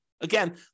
Again